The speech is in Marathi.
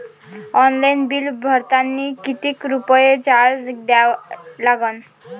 ऑनलाईन बिल भरतानी कितीक रुपये चार्ज द्या लागन?